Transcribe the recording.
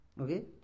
Okay